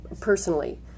Personally